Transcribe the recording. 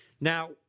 Now